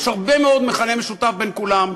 יש הרבה מאוד מכנה משותף בין כולם,